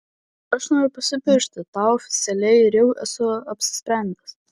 aš noriu pasipiršti tau oficialiai ir jau esu apsisprendęs